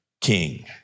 king